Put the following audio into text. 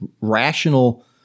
rational